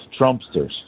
Trumpsters